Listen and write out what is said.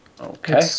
Okay